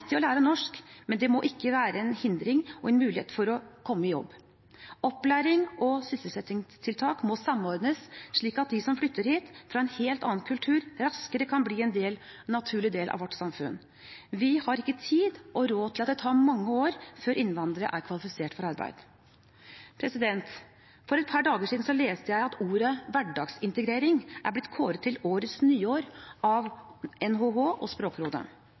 å lære norsk, men det må ikke være en hindring for en mulighet for å komme i jobb. Opplæring og sysselsettingstiltak må samordnes, slik at de som flytter hit fra en helt annen kultur, raskere kan bli en naturlig del av vårt samfunn. Vi har ikke tid og råd til at det tar mange år før innvandrere er kvalifisert for arbeid. For et par dager siden leste jeg at ordet «hverdagsintegrering» er blitt kåret til årets nyord av NHH og Språkrådet.